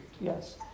yes